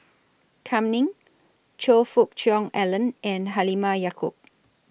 Kam Ning Choe Fook Cheong Alan and Halimah Yacob